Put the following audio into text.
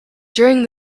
during